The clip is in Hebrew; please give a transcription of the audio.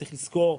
צריך לזכור,